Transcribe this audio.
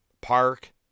park